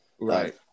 Right